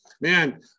man